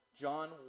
John